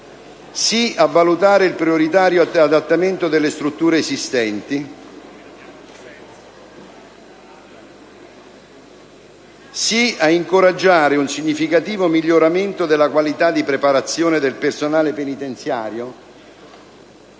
a valutare il prioritario adattamento delle strutture esistenti; favorevole a incoraggiare un significativo miglioramento della qualità della preparazione del personale penitenziario.